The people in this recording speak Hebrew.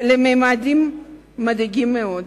לממדים מדאיגים מאוד.